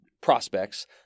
prospects